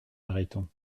mariton